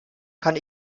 kann